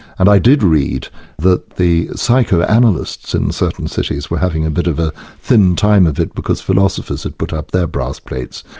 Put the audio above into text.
and i did read that the psychoanalysts in certain cities were having a bit of a thin time of it because philosophers had put up their brass plates.